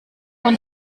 und